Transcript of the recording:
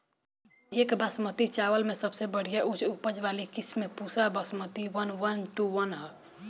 एक बासमती चावल में सबसे बढ़िया उच्च उपज वाली किस्म Pusa Basmati one one two one ह?